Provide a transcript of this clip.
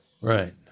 Right